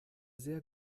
sehr